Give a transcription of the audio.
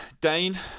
Dane